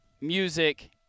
music